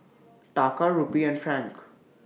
Taka Rupee and Franc